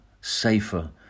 safer